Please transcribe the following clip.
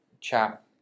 chat